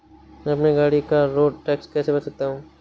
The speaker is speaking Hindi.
मैं अपनी गाड़ी का रोड टैक्स कैसे भर सकता हूँ?